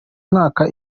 mwaka